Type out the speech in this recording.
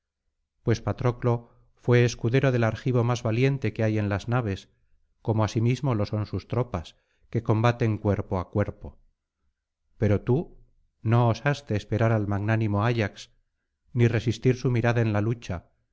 pues patroclo fué escudero del argivo más valiente que hay en las naves como asimismo lo son sus tropas que combaten cuerpo á cuerpo pero tú no osaste esperar al magnánimo ayax ni resistir su mirada en la lucha